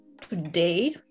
today